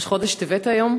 ראש חודש טבת היום.